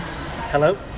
hello